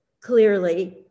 clearly